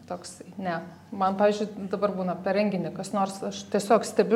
toks ne man pavyzdžiui dabar būna per renginį kas nors aš tiesiog stebiu